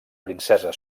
princesa